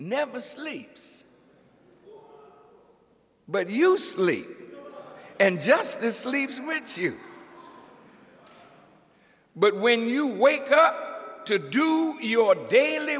never sleeps but you sleep and justice leaves with you but when you wake up to do your daily